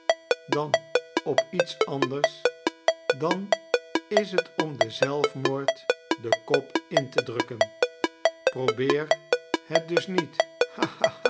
dan op iets anders dan is het om den zelfmoord den kop in te drukken probeer net dus niet